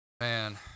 Man